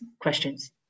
questions